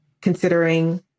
considering